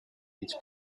its